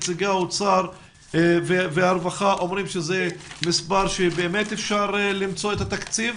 נציגי האוצר והרווחה אומרים שזה מספר שבאמת אפשר למצוא את התקציב.